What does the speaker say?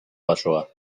basoa